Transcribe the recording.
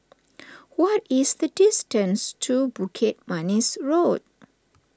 what is the distance to Bukit Manis Road